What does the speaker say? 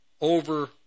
over